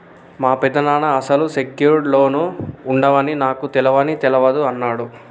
మా పెదనాన్న అసలు సెక్యూర్డ్ లోన్లు ఉండవని నాకు తెలవని తెలవదు అన్నడు